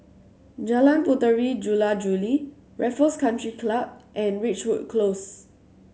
Jalan Puteri Jula Juli Raffles Country Club and Ridgewood Close